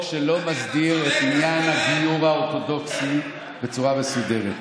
אתה צודק, אז תרד.